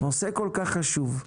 נושא כל כך חשוב,